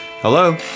Hello